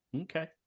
Okay